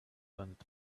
planet